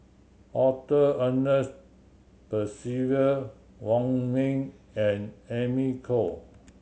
Arthur Ernest Percival Wong Ming and Amy Khor